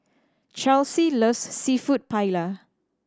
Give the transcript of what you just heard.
Charlsie loves Seafood Paella